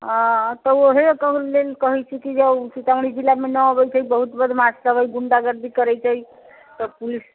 हाँ तऽ ओएह कऽ लेल कहैत छी कि जे सीतामढ़ी जिलामे नहि अबैत छै बहुत बदमाश सभ हइ गुण्डागर्दी करैत छै तऽ पुलिस